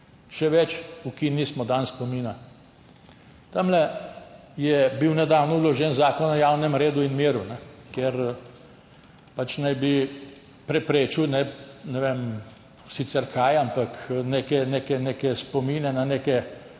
Še več, ukinili smo dan spomina. Tamle je bil nedavno vložen zakon o javnem redu in miru, ki naj bi preprečil, ne vem sicer kaj, ampak neke spomine na neke